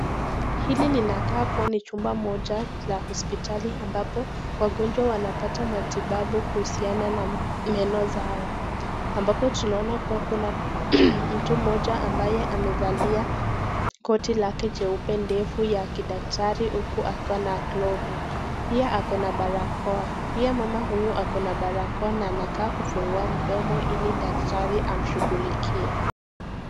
Hili linakaa kuwa ni chumba moja la hospitali, ambapo wagonjwa wanapata matibabu kuhusiana na meno zao. Ambapo tunaona kuwa kuna mtu moja ambaye amevalia koti lake jeupe refu ya kidaktari uku akiwa na glovu, pia ako na barakoa, pia mama huyu ako na barakoa na anakaa kufungua mdomo ili daktari amshughulikie.